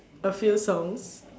a few songs